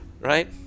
right